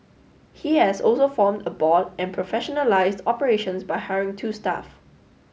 he has also formed a board and professionalised operations by hiring two staff